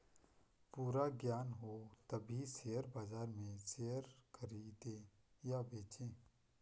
पूरा ज्ञान हो तभी शेयर बाजार में शेयर खरीदे या बेचे